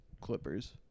Clippers